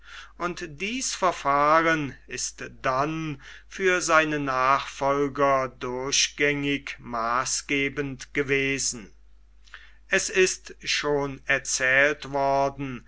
und dies verfahren ist dann für seine nachfolger durchgängig maßgebend gewesen es ist schon erzählt worden